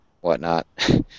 whatnot